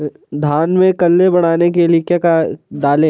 धान में कल्ले बढ़ाने के लिए क्या डालें?